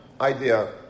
idea